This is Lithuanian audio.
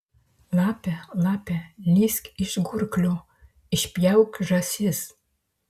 lape lape lįsk iš gurklio išpjauk žąsis